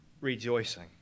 rejoicing